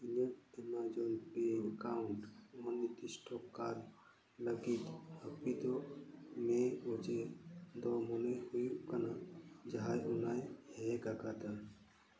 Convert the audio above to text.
ᱤᱧᱟᱹᱜ Amazon pay account ᱚᱱᱤᱨᱫᱤᱥᱴᱚᱠᱟᱞ ᱞᱟᱹᱜᱤᱫ ᱦᱟᱹᱯᱤᱫᱚᱜ ᱢᱮ ᱚᱡᱮ ᱫᱚ ᱢᱚᱱᱮ ᱦᱩᱭᱩᱜ ᱠᱟᱱᱟ ᱡᱟᱦᱟᱸᱭ ᱚᱱᱟᱭ ᱦᱮᱠᱟᱠᱟᱫᱟ